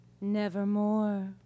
Nevermore